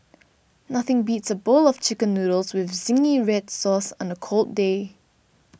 nothing beats a bowl of Chicken Noodles with Zingy Red Sauce on a cold day